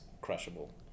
crushable